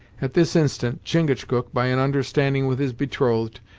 at this instant, chingachgook, by an understanding with his betrothed,